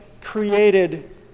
created